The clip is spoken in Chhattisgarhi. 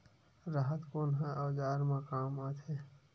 राहत कोन ह औजार मा काम आथे?